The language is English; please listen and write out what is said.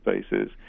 spaces